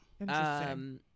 Interesting